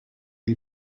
you